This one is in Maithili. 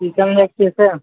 चिकेन लै कैसे